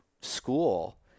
school